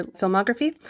filmography